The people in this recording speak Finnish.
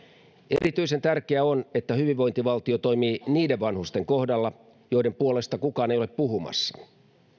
erityisen tärkeää on että hyvinvointivaltio toimii niiden vanhusten kohdalla joiden puolesta kukaan ei ole puhumassa